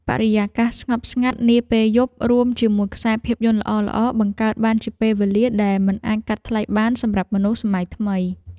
បរិយាកាសស្ងប់ស្ងាត់នាពេលយប់រួមជាមួយខ្សែភាពយន្តល្អៗបង្កើតបានជាពេលវេលាដែលមិនអាចកាត់ថ្លៃបានសម្រាប់មនុស្សសម័យថ្មី។